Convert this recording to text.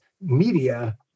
media